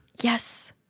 yes